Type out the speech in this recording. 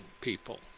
people